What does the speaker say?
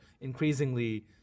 increasingly